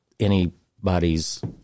anybody's